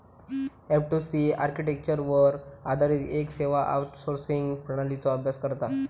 F two C आर्किटेक्चरवर आधारित येक सेवा आउटसोर्सिंग प्रणालीचो अभ्यास करता